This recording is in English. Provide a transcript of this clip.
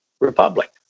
republic